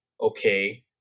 okay